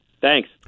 Thanks